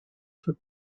for